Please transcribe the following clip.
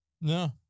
No